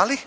ali